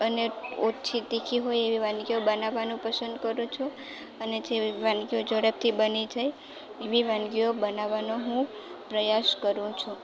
અને ઓછી તીખી હોય એવી વાનગીઓ બનાવવાનું પસંદ કરું છું અને જેવી વાનગીઓ ઝડપથી બની જાય એવી વાનગીઓ બનાવવાનો હું પ્રયાસ કરું છું